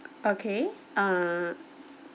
okay err